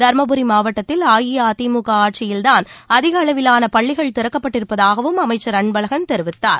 தர்மபுரி மாவட்டத்தில் அஇஅதிமுக ஆட்சியல்தான் அதிக அளவிலான பள்ளிகள் திறக்கப்பட்டிருப்பதாகவும் அமைச்சர் அன்பழகன் தெரிவித்தார்